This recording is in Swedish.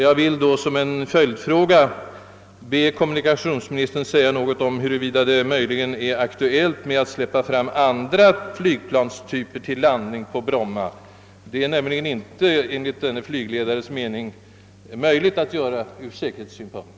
Jag vill som en följdfråga be kommunikationsministern säga någonting om huruvida det möjligen är aktuellt att släppa fram andra flygplanstyper till landning på Bromma. Detta är nämligen enligt denne flygledares mening inte möjligt ur säkerhetssynpunkt.